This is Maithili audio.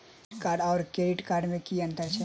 डेबिट कार्ड आओर क्रेडिट कार्ड मे की अन्तर छैक?